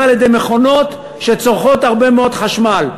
על-ידי מכונות שצורכות הרבה מאוד חשמל,